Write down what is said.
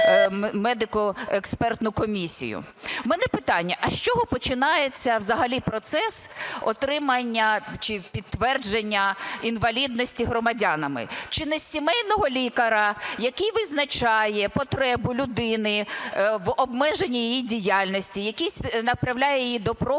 мене питання, а з чого починається взагалі процес отримання чи підтвердження інвалідності громадянами? Чи не з сімейного лікаря, який визначає потребу людини в обмеженні її діяльності, який направляє її до профільних